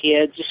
kids